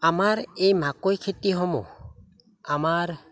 আমাৰ এই মাকৈ খেতিসমূহ আমাৰ